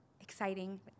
Exciting